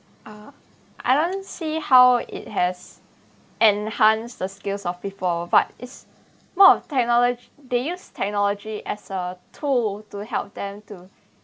uh I don't see how it has enhanced the skills of people but its more of technology they use technology as a tool to help them to